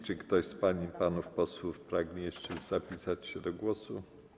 Czy ktoś z pań i panów posłów pragnie jeszcze zapisać się do głosu?